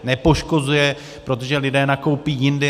Nepoškozuje, protože lidé nakoupí jindy.